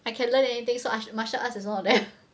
I can learn anything so martial arts is one of them